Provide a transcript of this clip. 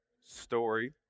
story